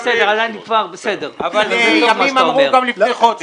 ימים אמרו גם לפני חודש.